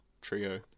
trio